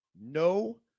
No